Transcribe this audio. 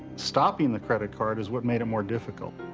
stopping the credit card is what made it more difficult.